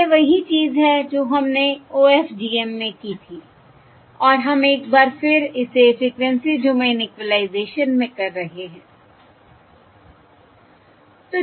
यह वही चीज है जो हमने OFDM में की थी और हम एक बार फिर इसे फ़्रीक्वेंसी डोमेन इक्वलाइज़ेशन में कर रहे हैं